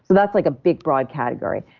that's like a big broad category.